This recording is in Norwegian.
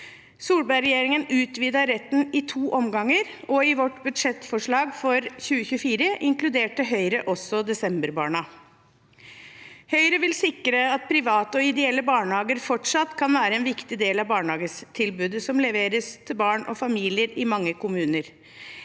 Solberg-regjeringen utvidet retten i to omganger, og i vårt budsjettforslag for 2024 inkluderte Høyre også desemberbarna. Høyre vil sikre at private og ideelle barnehager fortsatt kan være en viktig del av det barnehagetilbudet som leveres til barn og familier i mange kommuner.